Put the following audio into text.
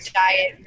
diet